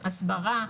הסברה.